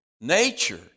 nature